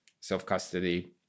self-custody